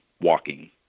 walking